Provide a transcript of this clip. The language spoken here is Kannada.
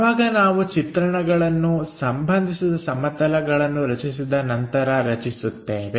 ಯಾವಾಗ ನಾವು ಚಿತ್ರಗಳನ್ನು ಸಂಬಂಧಿಸಿದ ಸಮತಲಗಳನ್ನು ರಚಿಸಿದ ನಂತರ ರಚಿಸುತ್ತೇವೆ